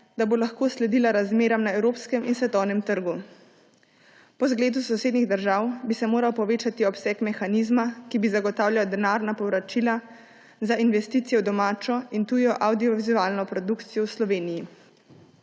da bo lahko sledila razmeram na evropskem in svetovnem trgu. Po zgledu sosednjih držav bi se moral povečati obseg mehanizma, ki bi zagotavljal denarna povračila za investicijo v domačo in tujo avdiovizualno produkcijo v Sloveniji.